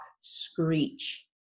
screech